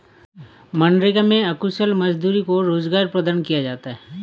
मनरेगा में अकुशल मजदूरों को रोजगार प्रदान किया जाता है